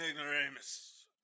ignoramus